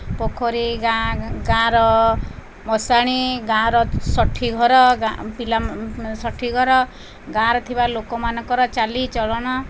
ପୋଖରୀ ଗାଁ ଗାଁର ମଶାଣି ଗାଁର ଷଠିଘର ପିଲା ଷଠିଘର ଗାଁରେ ଥିବା ଲୋକମାନଙ୍କର ଚାଲିଚଳଣ